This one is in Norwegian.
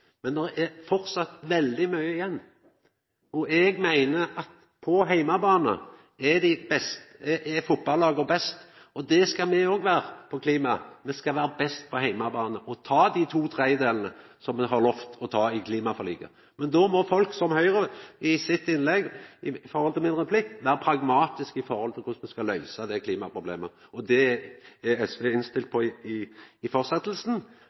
det er framleis veldig mykje igjen. Eg meiner at på heimebane er fotballlaget best. Det skal me òg vera på klima. Me skal vera best på heimebane og ta dei to tredjedelane som me har lovt å ta i klimaforliket. Då må folk frå Høgre i sine innlegg etter min replikk vera pragmatiske når det gjeld korleis me skal løysa klimaproblemet. Det er SV innstilt på i